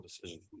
decision